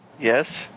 Yes